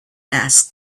asked